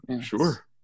sure